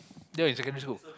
that was in secondary school